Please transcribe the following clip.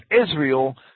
Israel